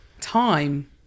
time